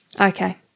Okay